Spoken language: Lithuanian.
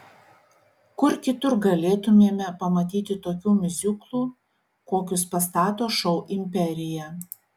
kur kitur galėtumėme pamatyti tokių miuziklų kokius pastato šou imperija